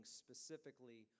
specifically